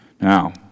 Now